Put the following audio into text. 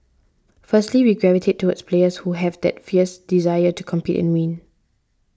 firstly we gravitate towards players who have that fierce desire to compete and win